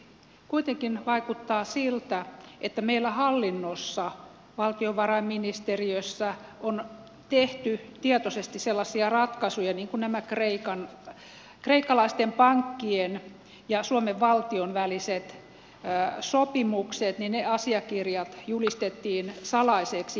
kuitenkin vaikuttaa siltä että meillä hallinnossa valtiovarainministeriössä on tehty tietoisesti sellaisia ratkaisuja niin kuin nämä kreikkalaisten pankkien ja suomen valtion väliset sopimukset että ne asiakirjat julistettiin salaiseksi